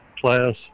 class